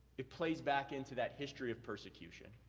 it plays back into that history of persecution.